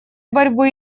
борьбы